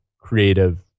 creative